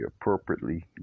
appropriately